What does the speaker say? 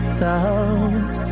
thoughts